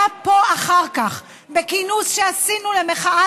היה פה אחר כך בכינוס שעשינו למחאת